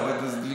חבר הכנסת גליק,